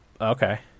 Okay